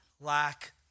lack